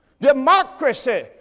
Democracy